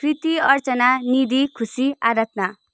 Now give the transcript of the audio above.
Kriti Archana Nidhi Khushi Aradhana